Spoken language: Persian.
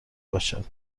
باشد